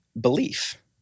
belief